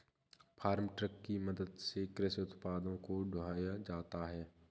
farm truck की मदद से कृषि उत्पादों को ढोया जाता है